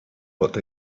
what